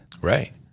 Right